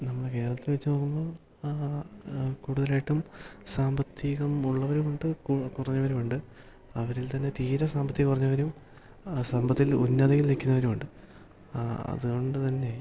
നമ്മുടെ കേരളത്തില് വച്ചുനോക്കുമ്പോള് കൂടുതലായിട്ടും സാമ്പത്തികം ഉള്ളവരുമുണ്ട് കുറഞ്ഞവരുമുണ്ട് അവരിൽ തന്നെ തീരെ സാമ്പത്തികം കുറഞ്ഞവരും സമ്പത്തിൽ ഉന്നതിയിൽ നിക്കുന്നവരുമുണ്ട് അതുകൊണ്ട് തന്നെ